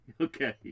Okay